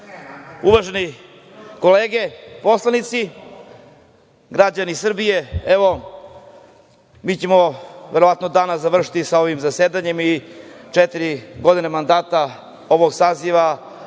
se. Uvažene kolege poslanici, građani Srbije, evo mi ćemo verovatno danas završiti sa ovim zasedanjem i četiri godine mandata ovog saziva pokazalo